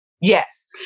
Yes